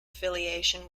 affiliation